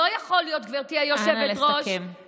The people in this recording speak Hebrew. לא יכול להיות, גברתי היושבת-ראש, אנא לסכם.